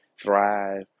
thrive